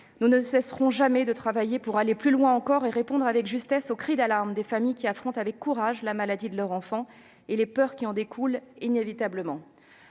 nous ne cesserons jamais de travailler pour aller plus loin et répondre avec justesse aux cris d'alarme des familles, qui affrontent avec courage la maladie de leur enfant et les peurs qui en découlent inévitablement.